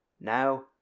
Now